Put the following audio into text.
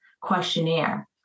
questionnaire